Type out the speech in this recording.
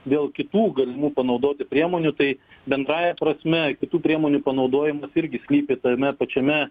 dėl kitų galimų panaudoti priemonių tai bendrąja prasme kitų priemonių panaudojimas irgi slypi tame pačiame